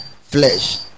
flesh